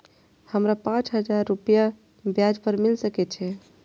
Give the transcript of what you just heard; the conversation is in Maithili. हमरा पाँच हजार रुपया ब्याज पर मिल सके छे?